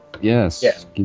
Yes